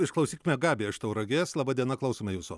išklausykime gabiją iš tauragės laba diena klausome jūsų